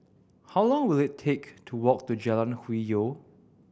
how long will it take to walk to Jalan Hwi Yoh